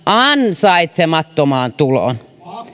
ansaitsemattomaan tuloon